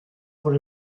por